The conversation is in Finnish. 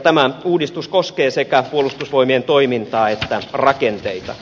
tämä uudistus koskee sekä puolustusvoimien toimintaa että rakenteita